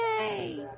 Yay